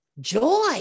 joy